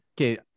okay